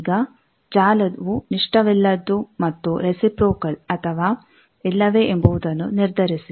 ಈಗ ಜಾಲವು ನಷ್ಟವಿಲ್ಲದ್ದು ಮತ್ತು ರೆಸಿಪ್ರೋಕಲ್ ಅಥವಾ ಇಲ್ಲವೇ ಎಂಬುದನ್ನೂ ನಿರ್ಧರಿಸಿ